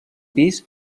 pis